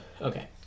Okay